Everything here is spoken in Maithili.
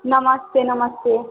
नमस्ते नमस्ते